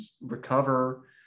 recover